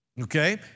Okay